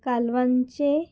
कालवांचे